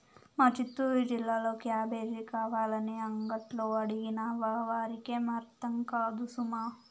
మా చిత్తూరు జిల్లాలో క్యాబేజీ కావాలని అంగట్లో అడిగినావా వారికేం అర్థం కాదు సుమా